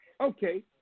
Okay